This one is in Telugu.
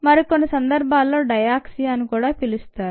మరికొన్ని సందర్భాల్లో డయాక్సి అని కూడా పిలుస్తారు